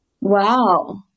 Wow